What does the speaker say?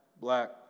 black